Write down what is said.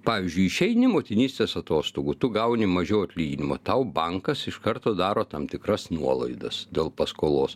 pavyzdžiui išeini motinystės atostogų tu gauni mažiau atlyginimo tau bankas iš karto daro tam tikras nuolaidas dėl paskolos